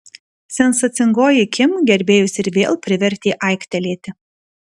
sensacingoji kim gerbėjus ir vėl privertė aiktelėti